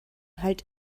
halt